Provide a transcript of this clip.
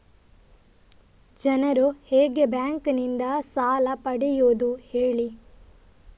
ಜನರು ಹೇಗೆ ಬ್ಯಾಂಕ್ ನಿಂದ ಸಾಲ ಪಡೆಯೋದು ಹೇಳಿ